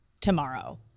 tomorrow